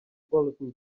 bulletin